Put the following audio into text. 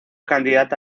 candidata